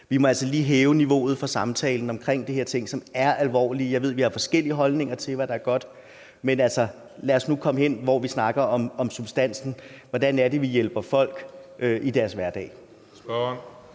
Vi må altså lige hæve niveauet for samtalen omkring de her ting, som er alvorlige. Jeg ved, vi har forskellige holdninger til, hvad der er godt, men lad os nu komme hen, hvor vi snakker om substansen, og hvordan vi hjælper folk i deres hverdag.